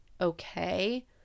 okay